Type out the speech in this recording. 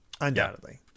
Undoubtedly